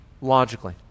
logically